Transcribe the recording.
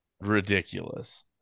ridiculous